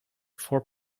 four